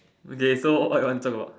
okay so what you want to talk about